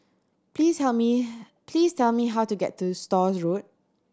please tell me please tell me how to get to Stores Road